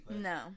No